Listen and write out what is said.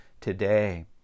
today